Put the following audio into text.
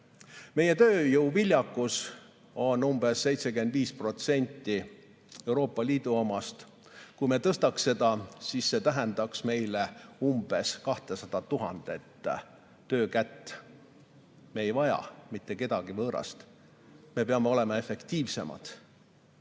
Meie tööjõuviljakus on umbes 75% Euroopa Liidu omast. Kui seda tõsta, siis see tähendaks meile umbes 200 000 töökätt. Me ei vaja mitte kedagi võõrast. Me peame olema efektiivsemad.